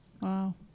Wow